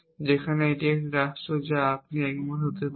যেখানে এটি একটি রাষ্ট্র যা আপনি একমত হতে পারেন